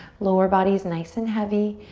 lower body's nice and heavy.